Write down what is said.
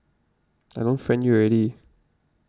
I don't friend you already